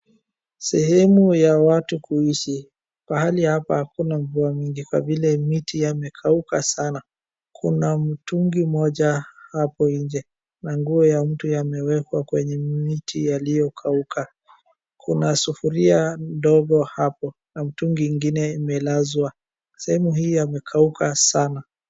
Sehemu ya watu ya kuishi, pahali hapa hakuna mvua mingi kwa vile miti imekauka sana, kuna mtungi moja hapo nje na nguo ya mtu imeekwa kwenye mti yaliyo kauka. Kuna sufuria ndogo hapo na mtungi ingine imelazwa, sehemu hii imekauka sana.